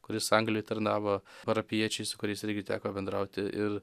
kuris anglijoj tarnavo parapijiečiai su kuriais irgi teko bendrauti ir